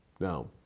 Now